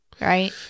Right